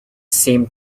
seemed